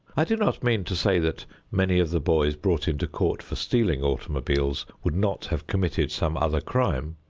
i do not mean to say that many of the boys brought into court for stealing automobiles would not have committed some other crime,